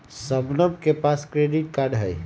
शबनम के पास credit card हई